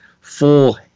full